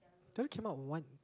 they only came out with one